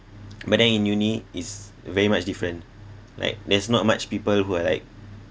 but then in uni is very much different like there's not much people who are like